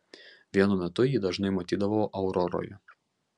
vienu metu jį dažnai matydavau auroroje